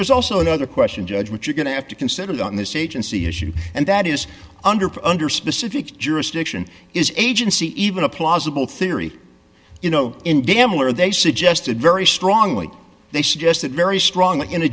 there's also another question judge which you're going to have to consider in this agency issue and that is under under specific jurisdiction is agency even a plausible theory you know in gambler they suggested very strongly they suggested very strongly in a